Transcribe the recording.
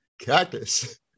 Cactus